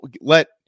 let